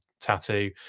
tattoo